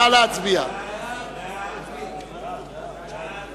הצעת הסיכום שהביא חבר הכנסת גדעון